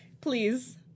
Please